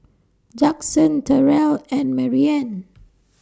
Judson Terrell and Marianne